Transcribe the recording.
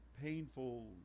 painful